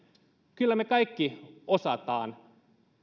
kyllä me kaikki osaamme